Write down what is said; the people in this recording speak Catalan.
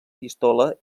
pistola